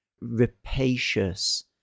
rapacious